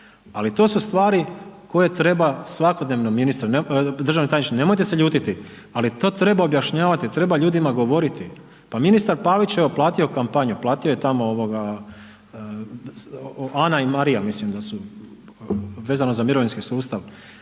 ali to su stvari koje treba svakodnevno ministre, državni tajniče, nemojte se ljutiti ali to treba objašnjavati, treba ljudima govoriti. Pa ministar Pavić, evo platio kampanju, platio je tamo Ana i Marija mislim da su vezano za mirovinski sustav,